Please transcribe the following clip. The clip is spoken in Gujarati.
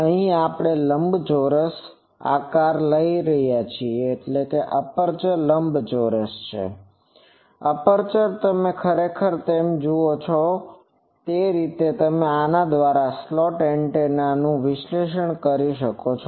અહીં આપણે લંબચોરસ એપ્રેચર લઈ રહ્યા છીએ અને આ એપ્રેચર ખરેખર તમે જુઓ છો તે રીતે તમે આના દ્વારા સ્લોટ એન્ટેના નું વિશ્લેષણ કરી શકો છો